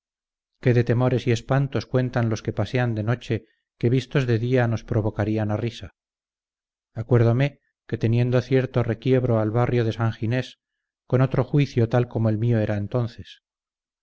qué de temores y espantos cuentan los que pasean de noche que vistos de día nos provocarían a risa acuérdome que teniendo cierto requiebro al barrio de san ginés con otro juicio tal como el mío era entonces